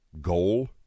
Goal